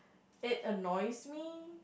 it annoys me